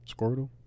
Squirtle